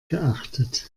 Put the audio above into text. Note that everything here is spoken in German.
geachtet